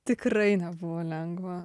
tikrai nebuvo lengva